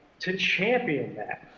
to champion that.